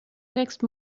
next